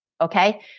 okay